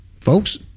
folks